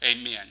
amen